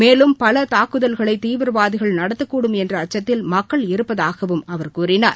மேலும் பலதாக்குதல்களைதீவிரவாதிகள் நடத்தக்கூடும் என்றஅக்சத்தில் மக்கள் இருப்பதாகவும் அவர் கூறினார்